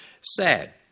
Sad